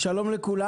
שלום לכולם.